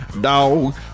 Dog